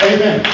Amen